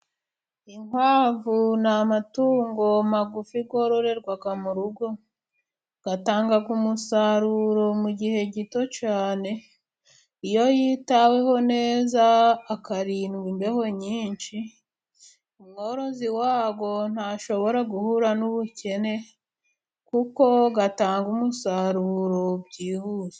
inkwavu ni amatungo magufi gorororerwaga mu rugo, gatangaga umusaruro mu gihe gito cane iyo yitaweho neza akarindwa imbeho nyinshi umworozi wago ntashobora guhura n'ubukene kuko gatanga umusaruro byihuse.